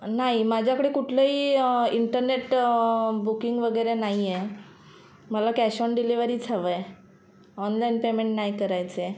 नाही माझ्याकडे कुठलंही इंटरनेट बुकिंग वगैरे नाही आहे मला कॅश ऑन डिलेवरीच हवं आहे ऑनलाईन पेमेंट नाही करायचं आहे